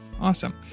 Awesome